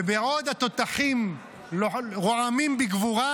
ובעוד התותחים רועמים בגבורה,